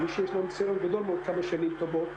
כמי שיש לו ניסיון גדול מאוד כמה שנים טובות,